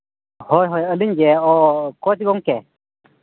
ᱦᱳᱭ ᱦᱳᱭ ᱟᱹᱞᱤᱧ ᱜᱮ ᱚ ᱠᱳᱪ ᱜᱚᱢᱠᱮ